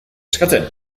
eskatzen